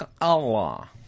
Allah